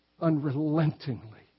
unrelentingly